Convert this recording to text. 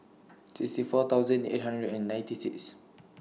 sixty four thousand eight hundred and ninety six